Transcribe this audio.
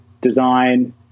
design